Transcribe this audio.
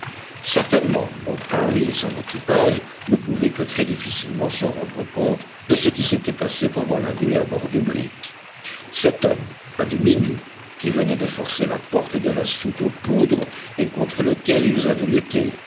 certainement bob harvey et son équipage ne pouvaient que très difficilement se rendre compte de ce qui s'était passé pendant la nuit à bord du brick cet homme à demi nu qui venait de forcer la porte de la soute aux poudres et contre lequel ils avaient lutté